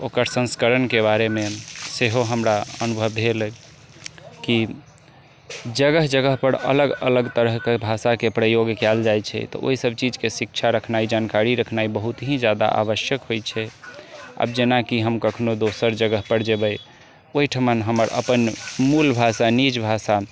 ओकर संस्करण के बारे मे सेहो हमरा अनुभव भेल अछि कि जगह जगह पर अलग अलग तरह के भाषा के प्रयोग कएल जाइ छै तऽ ओहि सब चीज के शिक्षा रखनाय जानकारी रखनाय बहुत ही ज्यादा आवश्यक होइ छै आब जेनाकि हम कखनो दोसर जगह पर जेबै ओहिठमन हमर अपन मूल भाषा निज भाषा